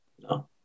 No